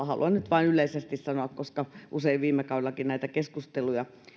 haluan tästä nyt vain yleisesti sanoa koska usein viime kaudellakin näitä keskusteluja